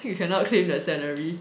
you cannot claim the salary